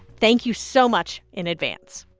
thank you so much in advance